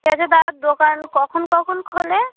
ঠিক আছে তা দোকান কখন কখন খোলে